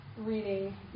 reading